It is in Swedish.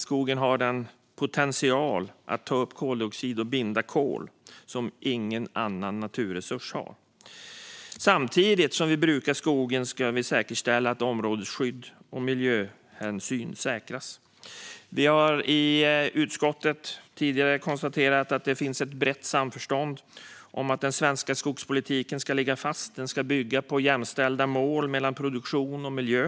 Skogen har en potential att ta upp koldioxid och binda kol som ingen annan naturresurs har. Samtidigt som vi brukar skogen ska vi säkerställa områdesskydd och miljöhänsyn. Vi har i utskottet tidigare konstaterat att det finns ett brett samförstånd om att den svenska skogspolitiken ska ligga fast och bygga på jämställda mål om produktion och miljö.